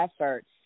efforts